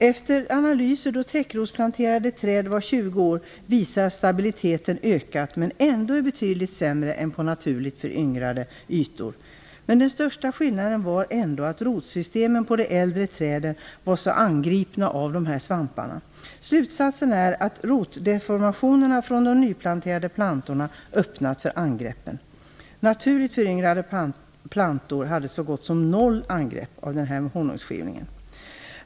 Efter analyser av täckrotsplanterade träd var tjugonde år visar att stabiliteten ökat men är ändå betydligt sämre än på naturligt föryngrade ytor. Den största skillnaden var ändå att rotsystemen på de äldre träden var angripna av svamparna. Slutsatsen är att rotdeformationerna i de nyplanterade plantorna öppnar för angreppen. Naturligt föryngrade plantor hade så gott som inga angrepp av honungsskivlingen.